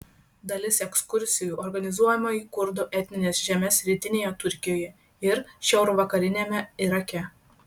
dalis ekskursijų organizuojama į kurdų etnines žemes rytinėje turkijoje ir šiaurvakariniame irake